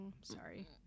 Sorry